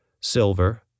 silver